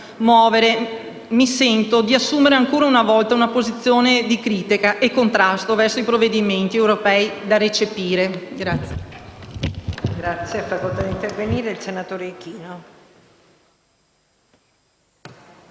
mi sento di assumere ancora una volta una posizione di critica e contrasto verso i provvedimenti europei da recepire.